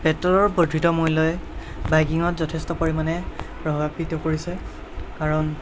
পেট্ৰলৰ বৰ্ধিত মূল্য়ই বাইকিঙত যথেষ্ট পৰিমাণে প্ৰভাৱিত কৰিছে কাৰণ